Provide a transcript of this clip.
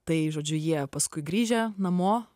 tai žodžiu jie paskui grįžę namo